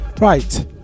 right